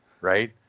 Right